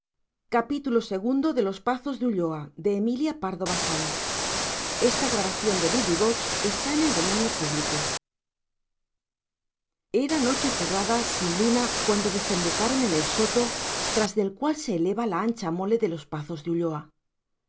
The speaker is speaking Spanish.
el demontre de los guantes era noche cerrada sin luna cuando desembocaron en el soto tras del cual se eleva la ancha mole de los pazos de ulloa